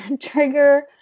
trigger